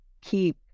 keep